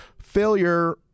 failure